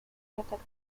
effect